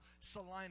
Salina